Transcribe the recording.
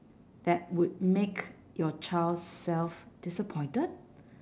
that would make your child self disappointed